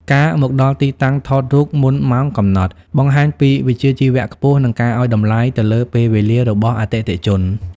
ការមកដល់ទីតាំងថតរូបមុនម៉ោងកំណត់ បង្ហាញពីវិជ្ជាជីវៈខ្ពស់ និងការឱ្យតម្លៃទៅលើពេលវេលារបស់អតិថិជន។